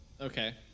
okay